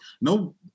No